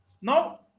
Now